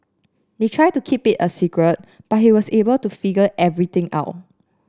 they tried to keep it a secret but he was able to figure everything out